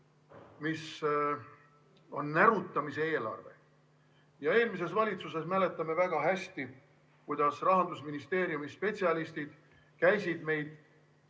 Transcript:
mis on närutamise eelarve. Eelmisest valitsusest mäletame väga hästi, kuidas Rahandusministeeriumi spetsialistid käisid meid